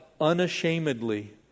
unashamedly